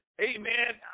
amen